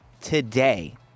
today